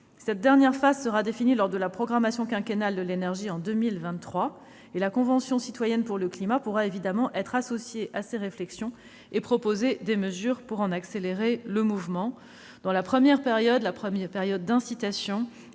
Cette dernière phase sera définie lors de la programmation quinquennale de l'énergie en 2023. La convention citoyenne pour le climat pourra évidemment être associée à ces réflexions et proposer des mesures pour en accélérer le mouvement. Dans la première période, l'incitation,